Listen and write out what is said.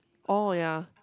oh ya